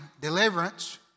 deliverance